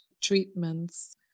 treatments